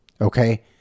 okay